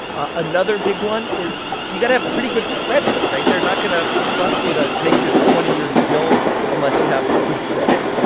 ah another big one is you got to have pretty good credit, right? they're not going to trust you to make this twenty year deal unless you have good credit.